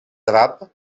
drap